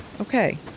Okay